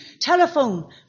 Telephone